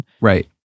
Right